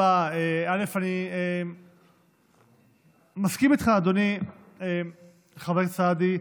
אני מסכים איתך, אדוני חבר הכנסת סעדי,